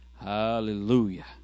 hallelujah